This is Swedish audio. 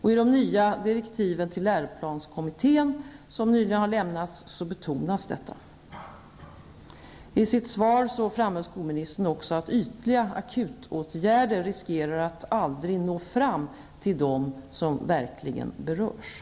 I de nya direktiven till läroplanskommittén, som nyligen har lämnats, betonas detta. Skolministern framhöll också i sitt svar att ytliga akuta åtgärder riskerar att aldrig nå fram till dem som verkligen berörs.